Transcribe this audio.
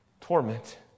torment